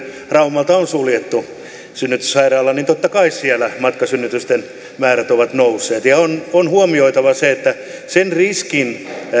raumalta on suljettu synnytyssairaala niin totta kai siellä matkasynnytysten määrät ovat nousseet ja on on huomioitava se riskin